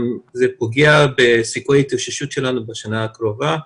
גם זה פוגע בסיכויי ההתאוששות שלנו בשנה הקרובה.